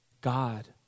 god